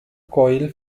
coil